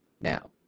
Now